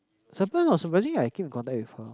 surprising I keep in contact with her